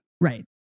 Right